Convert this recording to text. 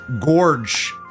gorge